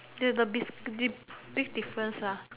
this is the big dip big difference lah